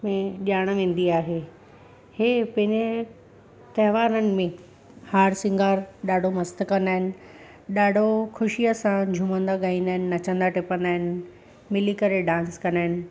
में ॾियाण वेंदी आहे हीअ पंहिंजे त्योहारनि में हार श्रंगारु ॾाढो मस्तु कंदा आहिनि ॾाढो ख़ुशीअ सां झूमंदा ॻाईंदा आहिनि नचंदा टपंदा आहिनि मिली करे डांस कंदा आहिनि